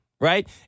right